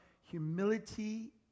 Humility